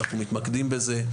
אנחנו מתמקדים בזה,